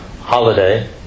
holiday